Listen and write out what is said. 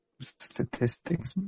Statistics